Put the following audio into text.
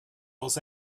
los